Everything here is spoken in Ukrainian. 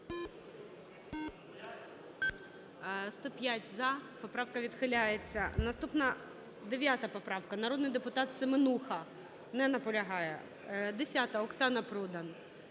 За-105 Поправка відхиляється. Наступна – 9-а поправка, народний депутат Семенуха. Не наполягає. 10-а, Оксана Продан.